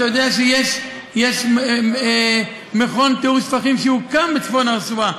אתה יודע שיש מכון טיהור שפכים שהוקם בצפון הרצועה.